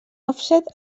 òfset